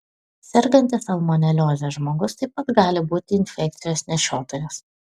sergantis salmonelioze žmogus taip pat gali būti infekcijos nešiotojas